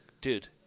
dude